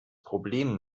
problem